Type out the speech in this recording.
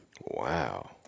Wow